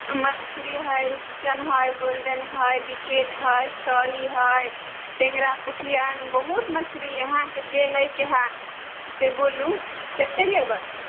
मछरी हय रूपचन हय गोल्डन हय बिघट हय छही हय टेङ्गरा पोठिया बहुत मछरी अहाँके जे लैके है से बोलू केते लेबै